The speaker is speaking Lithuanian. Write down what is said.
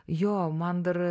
jo man dar